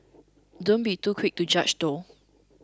don't be too quick to judge though